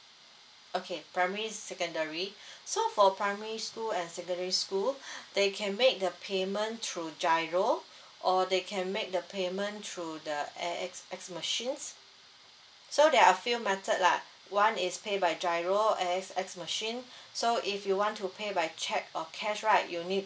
okay primary secondary so for primary school and secondary school they can make the payment through G_I_R_O or they can make the payment through the A_S_X machines so there are a few muttered lah one is pay by G_I_R_O A_S_X machine so if you want to pay by cheque or cash right you need